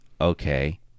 okay